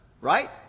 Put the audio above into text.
Right